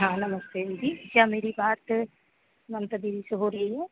हाँ नमस्ते दीदी क्या मेरी बात ममता दीदी से हो रही है